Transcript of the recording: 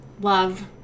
love